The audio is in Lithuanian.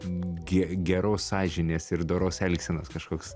geros sąžinės ir doros elgsenos kažkoks